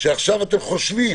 שעכשיו אתם חושבים